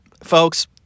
Folks